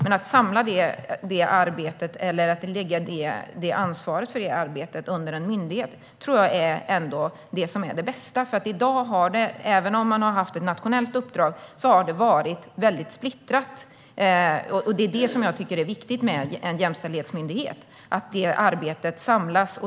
Men att samla det eller lägga ansvaret för det under en myndighet tror jag ändå är det bästa. Hittills har detta, även om man har haft ett nationellt uppdrag, varit väldigt splittrat. Det är det jag tycker är viktigt med en jämställdhetsmyndighet - att arbetet samlas.